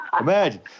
imagine